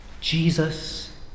Jesus